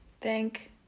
Thank